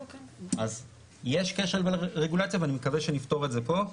אז יש כשל ברגולציה, ואני מקווה שנפתור את זה פה.